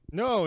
no